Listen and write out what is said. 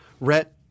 Rhett